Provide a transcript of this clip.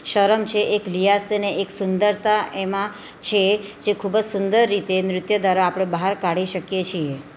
શરમ છે એક લિહાઝ છે ને એક સુંદરતા એમાં છે જે ખૂબ જ સુંદર નૃત્ય દ્વારા આપણે બહાર પાડી શકીએ છીએ